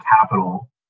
capital